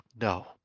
No